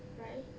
right